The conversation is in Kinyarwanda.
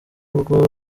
urwo